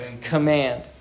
command